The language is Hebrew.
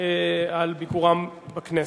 על ביקורם בכנסת.